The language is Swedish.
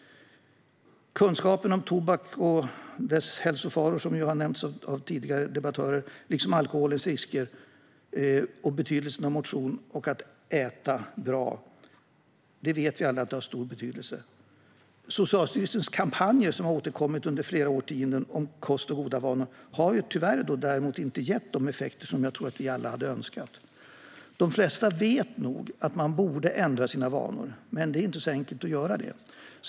Kunskapen om tobakens hälsofaror, som har nämnts av tidigare talare, liksom alkoholens risker och betydelsen av motion och att äta bra vet vi alla har stor betydelse. Socialstyrelsens kampanjer om kost och goda vanor, som har återkommit under flera årtionden, har tyvärr däremot inte gett de effekter som jag tror att vi alla hade önskat. De flesta vet nog att de borde ändra sina vanor. Men det är inte så enkelt att göra det.